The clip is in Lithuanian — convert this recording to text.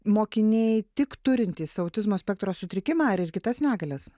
mokiniai tik turintys autizmo spektro sutrikimą ar ir kitas negalias